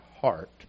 heart